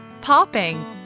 Popping